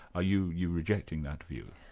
ah you you rejecting that view?